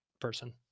person